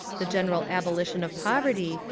the general abolition of poverty,